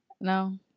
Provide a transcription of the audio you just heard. No